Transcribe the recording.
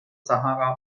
sahara